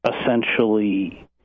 essentially